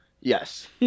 Yes